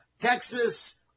Texas